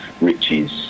riches